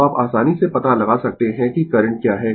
तो आप आसानी से पता लगा सकते है कि करंट i क्या है